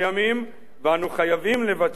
ואנו חייבים לבצע את פסק-הדין.